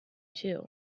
two